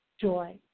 joy